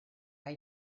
gai